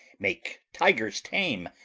make tigers tame,